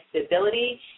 stability